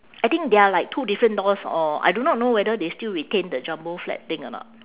I think they are like two different doors or I do not know whether they still retain the jumbo flat thing or not